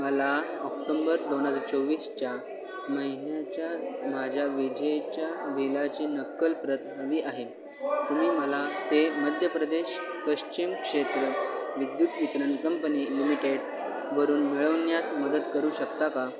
मला ऑक्टोंबर दोन हजार चोवीसच्या महिन्याच्या माझ्या विजेच्या बिलाची नक्कल प्रत हवी आहे तुम्ही मला ते मध्य प्रदेश पश्चिम क्षेत्र विद्युत वितरण कंपनी लिमिटेडवरून मिळवण्यात मदत करू शकता का